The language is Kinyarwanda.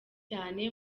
cyane